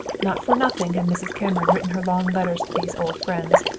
not for nothing had mrs. cameron written her long letters to these old friends,